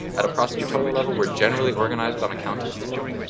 at a prosecutorial level, we're generally organized on a county system.